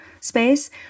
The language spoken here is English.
space